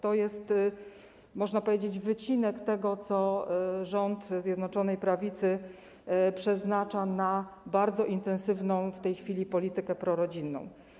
To jest, można powiedzieć, wycinek tego, co rząd Zjednoczonej Prawicy przeznacza na bardzo intensywną w tej chwili politykę prorodzinną.